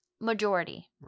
majority